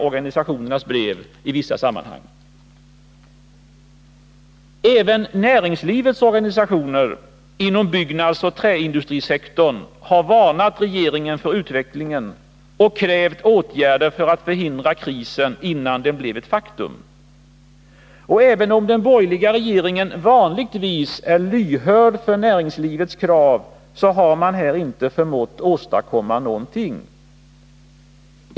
Även näringslivets organisationer inom byggnadsoch träindustrisektorn har varnat regeringen för utvecklingen och krävt åtgärder för att förhindra krisen, innan den blev ett faktum. Även om den borgerliga regeringen vanligtvis är lyhörd för näringslivets krav har man här inte förmått åstadkomma någonting.